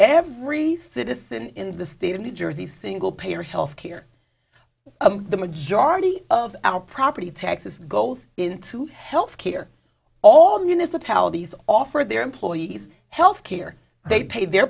every citizen in the state of new jersey single payer health care the majority of our property taxes goes into health care all municipalities offer their employees health care they pay their